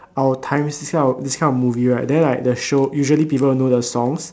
our times this kind of this kind of movie right then like the show usually people will know the songs